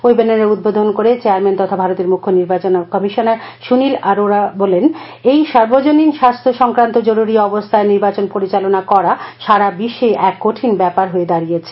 ওয়েবিনারের উদ্বোধন করে চেয়ারম্যান তথা ভারতের মুখ্য নির্বাচন কমিশনার সুনিল আরোরা বলেন এই সার্বজনীন স্বাস্য সংক্রান্ত জরুরি অবস্থায় নির্বাচন পরিচালনা করা সারা বিশ্বেই এক কঠিন ব্যাপার হয়ে দাঁড়িয়েছে